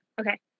Okay